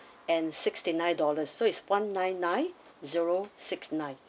and sixty-nine dollars so it's one nine nine zero six nine